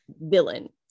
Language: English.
villain